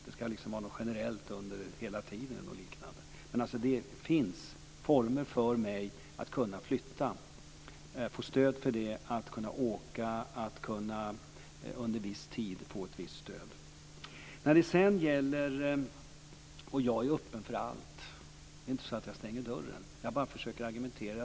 Det ska vara något generellt som ska gälla hela tiden eller något liknande. Men det finns alltså möjlighet för mig att få stöd för att kunna flytta. Under en viss tid kan jag få ett visst stöd. Jag är öppen för allt. Jag stänger inte dörren. Jag försöker bara argumentera.